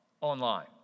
online